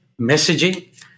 messaging